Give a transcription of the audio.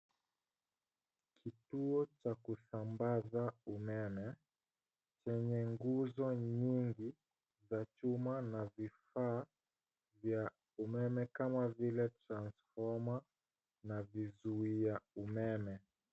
Kituo cha kusambaza umeme, chenye nguzo nyingi za chuma na vifaa vya umeme kama vile transformer , na vizuia umeme.